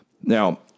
Now